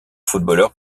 footballeurs